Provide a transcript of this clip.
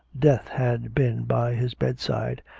death had been by his bedside,